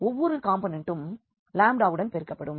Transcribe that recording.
ஒவ்வொரு காம்போனெண்ட்டும் வுடன் பெருக்கப்படும்